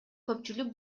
көпчүлүк